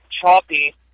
choppy